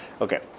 Okay